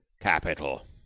Capital